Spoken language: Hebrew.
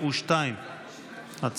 52 לחלופין א'.